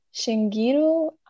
Shingiru